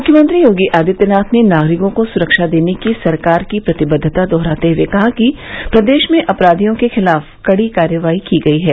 मुख्यमंत्री योगी आदित्यनाथ ने नागरिकों को सुरक्षा देने की सरकार की प्रतिबद्वता दोहराते हए कहा कि प्रदेश में अपराधियों के खिलाफ कड़ी कार्रवाई की गयी है